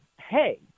hey